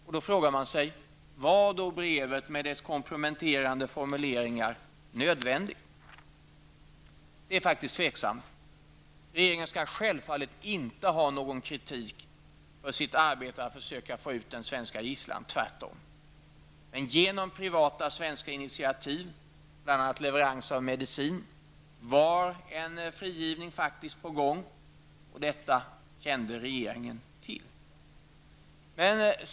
Man frågar sig då: Var brevet med dess komprometterande formuleringar nödvändigt? Det är faktiskt tveksamt. Regeringen skall självfallet inte ha någon kritik för sitt arbete att försöka få ut den svenska gisslan -- tvärtom. Men genom privata svenska initiativ -- bl.a. leveranser av medicin -- var faktiskt en frigivning på gång. Detta kände regeringen till.